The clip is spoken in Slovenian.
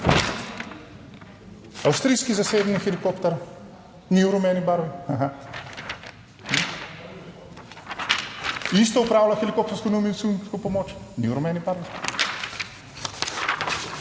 Avstrijski zasebni helikopter ni v rumeni barvi, isto opravlja helikoptersko nujno medicinsko pomoč, ni v rumeni barvi,